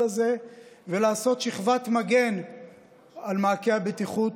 הזה ולעשות שכבת מגן על מעקה הבטיחות,